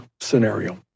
scenario